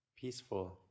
peaceful